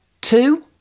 Two